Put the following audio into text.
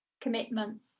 commitment